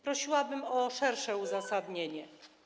Prosiłabym o szersze uzasadnienie.